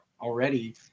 already